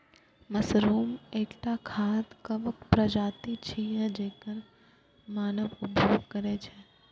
mushroom एकटा खाद्य कवक प्रजाति छियै, जेकर मानव उपभोग करै छै